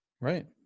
right